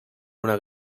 una